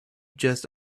just